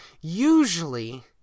usually